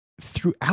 throughout